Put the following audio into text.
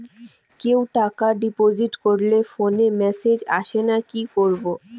কেউ টাকা ডিপোজিট করলে ফোনে মেসেজ আসেনা কি করবো?